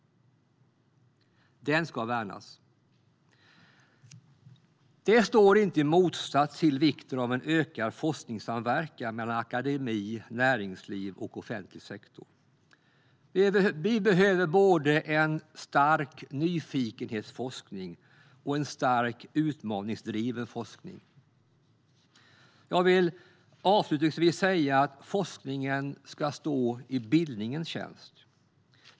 Den ska värnas. Det står inte i motsats till vikten av en ökad forskningssamverkan mellan akademi, näringsliv och offentlig sektor. Vi behöver både en stark nyfikenhetsforskning och en stark utmaningsdriven forskning. Jag vill avslutningsvis säga att forskningen ska stå i bildningens tjänst.